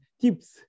tips